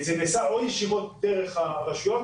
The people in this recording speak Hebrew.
זה נעשה ישירות דרך הרשויות,